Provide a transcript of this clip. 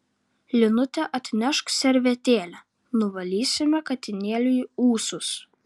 linute atnešk servetėlę nuvalysime katinėliui ūsus